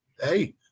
Hey